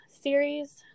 series